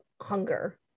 hunger